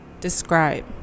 describe